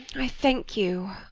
i thank you.